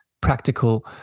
practical